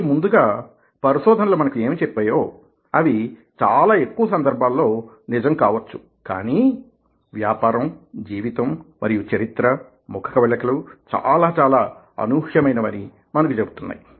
కొంచెం ముందుగా పరిశోధనలు మనకు ఏమి చెప్పాయో అవి చాలా ఎక్కువ సందర్భాలలో నిజం కావచ్చు కానీ వ్యాపారం జీవితం మరియు చరిత్ర ముఖకవళికలు చాలా చాలా అనూహ్యమైనవని మనకు చెబుతున్నాయి